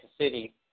City